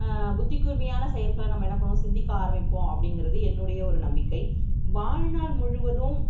புத்தி கூர்மையான செயல்களை நம்ம என்ன பண்ணுவோம் சிந்திக்க ஆரமிப்போம் அப்படிங்கிறது என்னுடைய ஒரு நம்பிக்கை வாழ்நாள் முழுவதும்